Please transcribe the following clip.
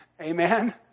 amen